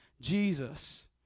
Jesus